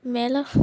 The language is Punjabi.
ਮਿਲ